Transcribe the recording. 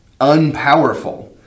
unpowerful